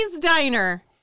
Diner